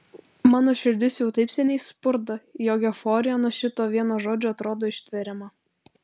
mano širdis jau taip seniai spurda jog euforija nuo šito vieno žodžio atrodo ištveriama